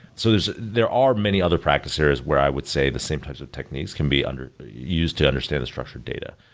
so there are many other practice areas where i would say the same types of techniques can be and used to understand a structured data.